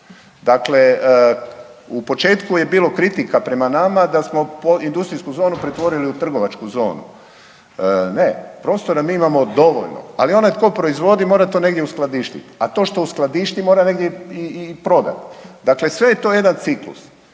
Dakle, u početku je bilo kritika prema nama da smo industrijsku zonu pretvorili u trgovačku zonu. Ne, prostora mi imamo dovoljno, ali onaj tko proizvodi, mora to negdje uskladištiti, a to što uskladišti, mora negdje i prodati. Dakle sve je to jedan ciklus